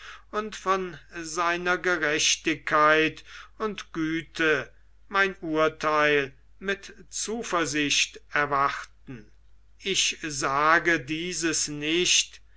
und von seiner gerechtigkeit und güte mein urtheil mit zuversicht erwarten ich sage dieses nicht